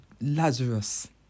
Lazarus